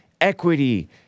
equity